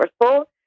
resourceful